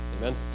Amen